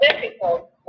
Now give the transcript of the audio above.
difficult